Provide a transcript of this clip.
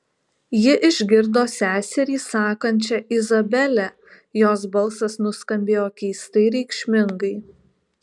ji išgirdo seserį sakančią izabele jos balsas nuskambėjo keistai reikšmingai